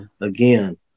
Again